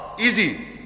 easy